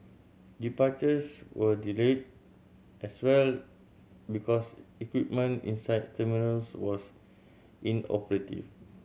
departures were delayed as well because equipment inside terminals was inoperative